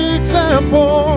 example